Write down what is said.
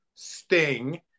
sting